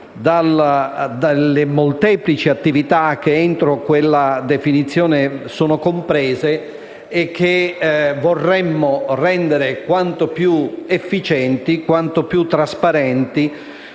dalle molteplici attività che entro quella definizione sono comprese e che vorremmo rendere quanto più efficienti, trasparenti